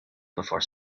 before